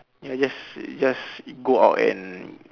ya just just go out and